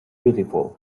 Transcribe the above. beautiful